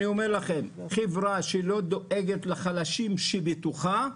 חברה שלא דואגת לחלשים שבתוכה,